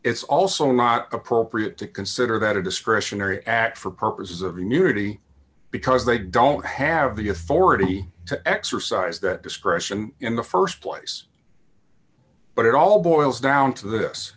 it's also not appropriate to consider that a discretionary at for purposes of immunity because they don't have the authority to exercise that discretion in the st place but it all boils down to this